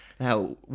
Now